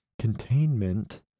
Containment